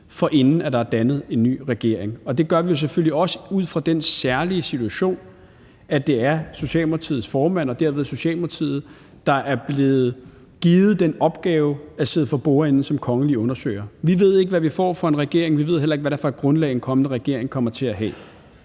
inden der er dannet en ny regering. Og det gør vi selvfølgelig også ud fra den særlige situation, at det er Socialdemokratiets formand og dermed Socialdemokratiet, der er blevet givet den opgave at sidde for bordenden som kongelig undersøger. Vi ved ikke, hvad vi får for en regering, og vi ved heller ikke, hvad det er for et grundlag, en kommende regering kommer til at have.